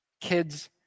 kids